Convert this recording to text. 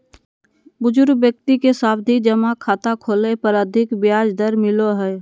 बुजुर्ग व्यक्ति के सावधि जमा खाता खोलय पर अधिक ब्याज दर मिलो हय